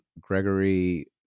Gregory